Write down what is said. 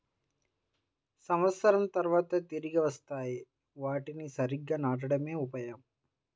సంవత్సరం తర్వాత తిరిగి వస్తాయి, వాటిని సరిగ్గా నాటడమే ఉపాయం